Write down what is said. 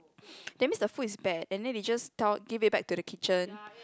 that means the food is bad and then they just tell give it back to the kitchen